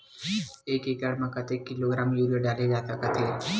एक एकड़ म कतेक किलोग्राम यूरिया डाले जा सकत हे?